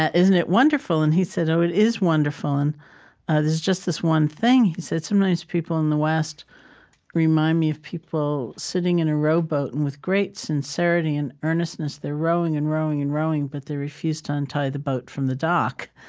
ah isn't it wonderful? and he said, oh, it is wonderful. ah there's just this one thing, he said. sometimes people in the west remind me of people sitting in a rowboat, and with great sincerity and earnestness, they're rowing and rowing and rowing, but they refuse to untie the boat from the dock.